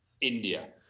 India